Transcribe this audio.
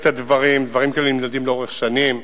דברים כאלה נמדדים לאורך שנים.